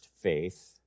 faith